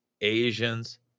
Asians